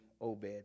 Obed